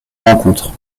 rencontre